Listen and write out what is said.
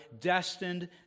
destined